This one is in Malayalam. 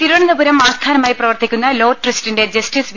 തിരുവനന്തപുരം ആസ്ഥാനമായി പ്രവർത്തിക്കുന്ന ലോ ട്രസ്റ്റിന്റെ ജസ്റ്റിസ് വി